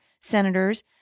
senators